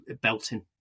belting